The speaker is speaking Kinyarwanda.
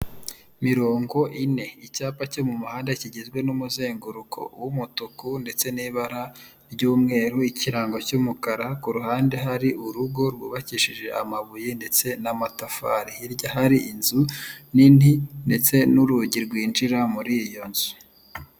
Mirongo ine icyapa cyo mu muhanda kigizwe n'umuzenguruko w'umutuku ndetse n'ibara ry'umweru, ikirango cy'umukara, ku ruhande hari urugo rwubakishije amabuye, ndetse n'amatafari, hirya hari inzu nini ndetse n'urugi rwinjira muri iyo nzu.